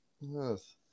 Yes